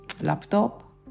laptop